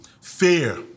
fear